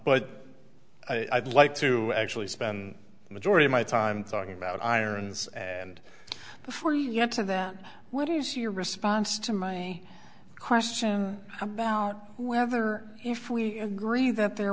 but i'd like to actually spend the majority of my time talking about irons and before you get to that what is your response to my question about whether if we agree that there